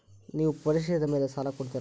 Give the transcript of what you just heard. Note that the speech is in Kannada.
ನೇವು ಪರಿಶೇಲಿಸಿದ ಮೇಲೆ ಸಾಲ ಕೊಡ್ತೇರಾ?